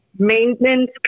maintenance